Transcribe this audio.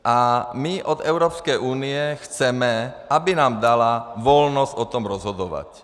A my od Evropské unie chceme, aby nám dala volnost o tom rozhodovat.